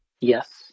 Yes